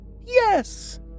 Yes